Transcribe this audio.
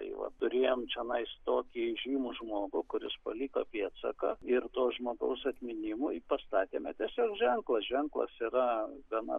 tai va turėjom čionais tokį žymų žmogų kuris paliko pėdsaką ir to žmogaus atminimui pastatėme tiesiog ženklą ženklas yra gana